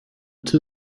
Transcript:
two